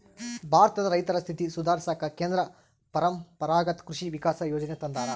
ಭಾರತದ ರೈತರ ಸ್ಥಿತಿ ಸುಧಾರಿಸಾಕ ಕೇಂದ್ರ ಪರಂಪರಾಗತ್ ಕೃಷಿ ವಿಕಾಸ ಯೋಜನೆ ತಂದಾರ